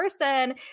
person